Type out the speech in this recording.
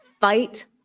fight